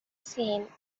same